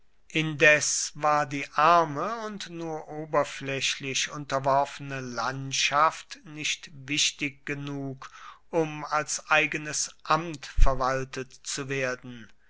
indes war die arme und nur oberflächlich unterworfene landschaft nicht wichtig genug um als eigenes amt verwaltet zu werden